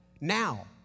now